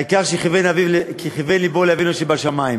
העיקר כי כיוון לבו לאבינו שבשמים.